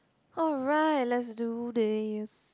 alright let's do this